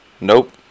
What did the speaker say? Nope